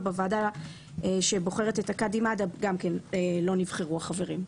ובוועדה שבוחרת את הקאדים מד'הב גם לא נבחרו החברים.